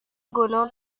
gunung